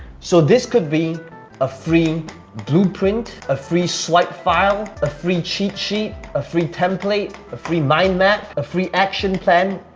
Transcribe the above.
so this could be a free blueprint, a free swipe file, a free cheat sheet, a free template, a free mind map, a free action plan.